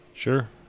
Sure